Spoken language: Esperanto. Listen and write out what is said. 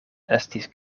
estis